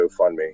GoFundMe